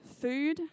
food